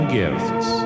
gifts